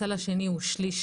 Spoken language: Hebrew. הסל השני הוא שליש,